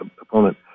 opponent